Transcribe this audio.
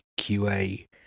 qa